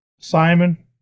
Simon